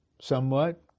Somewhat